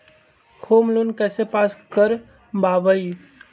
Home loan कैसे pass कर बाबई?